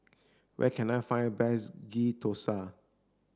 where can I find a best Ghee Thosai